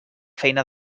feina